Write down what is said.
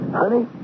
honey